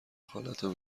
خالتو